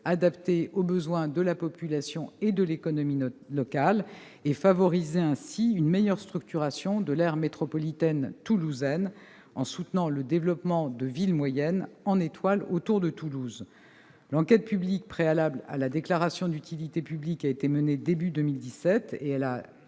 adaptée aux besoins de la population et de l'économie locale, et favoriser ainsi une meilleure structuration de l'aire métropolitaine toulousaine, en soutenant le développement d'un réseau de villes moyennes organisé en étoile autour de Toulouse. L'enquête publique préalable à la déclaration d'utilité publique a été menée au début de